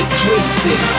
twisted